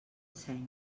seny